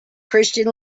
christian